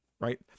right